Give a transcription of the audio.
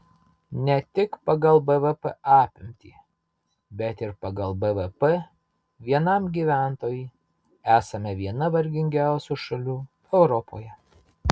ne tik pagal bvp apimtį bet ir pagal bvp vienam gyventojui esame viena varganiausių šalių europoje